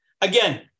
again